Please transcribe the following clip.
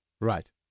right